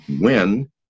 when-